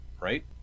right